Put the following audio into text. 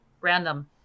random